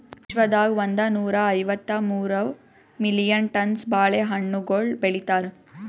ವಿಶ್ವದಾಗ್ ಒಂದನೂರಾ ಐವತ್ತ ಮೂರು ಮಿಲಿಯನ್ ಟನ್ಸ್ ಬಾಳೆ ಹಣ್ಣುಗೊಳ್ ಬೆಳಿತಾರ್